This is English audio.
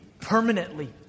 permanently